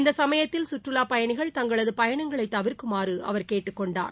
இந்த சுமயத்தில் சுற்றுலாப் பயணிகள் தங்களது பயணங்களை தவிர்க்குமாறு அவர் கேட்டுக் கொண்டார்